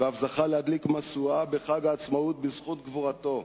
ואף זכה להדליק משואה בחג העצמאות בזכות גבורתו,